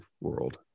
world